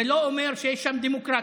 זה לא אומר שיש שם דמוקרטיה.